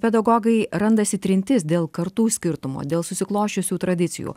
pedagogai randasi trintis dėl kartų skirtumo dėl susiklosčiusių tradicijų